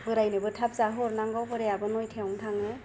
बोरायनोबो थाब जाहोनांगौ बोरायाबो नयथायावनो थाङो